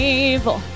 evil